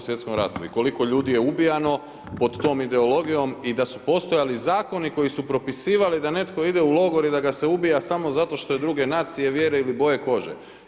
Svj. ratu i koliko ljudi je ubijano pod tom ideologijom i da su postojali zakoni koji su propisivali da netko ide u logor i da ga se ubija samo zato što je druge nacije, vjere ili boje kože.